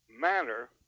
manner